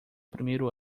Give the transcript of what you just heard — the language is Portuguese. primeiro